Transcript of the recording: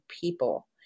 people